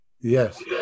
Yes